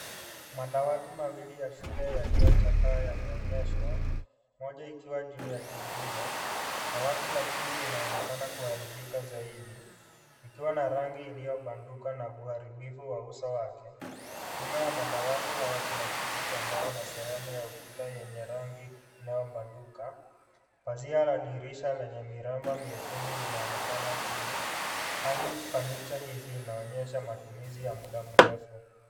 Madawati mawili ya shule yaliyochakaa yameonyeshwa , moja ikiwa juu ya jingine . Dawati la chini linaonekana kuharibika zaidi ikiwa na rangi iliyo banduka na uharibifu wa uso wake . Nyuma ya madawati hayo kuna kiti cha mbao na sehemu ya ukuta yenye rangi inayobanduka . Pazia la dirisha lenye miraba miekundu linaonekana juu , hali fanicha hizi inaonyesha matumizi ya muda mrefu .